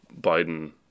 Biden